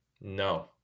no